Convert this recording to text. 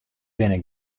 binne